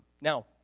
Now